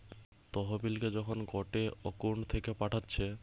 তহবিলকে যখন গটে একউন্ট থাকে পাঠাচ্ছে